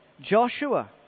Joshua